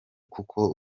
kuko